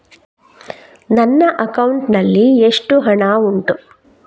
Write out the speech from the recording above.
ನನ್ನ ಅಕೌಂಟ್ ನಲ್ಲಿ ಎಷ್ಟು ಹಣ ಉಂಟು?